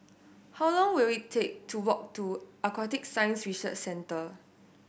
how long will it take to walk to Aquatic Science Research Centre